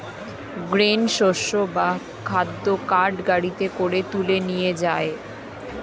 grain শস্য বা খাদ্য কার্ট গাড়িতে করে তুলে নিয়ে যায়